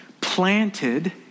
Planted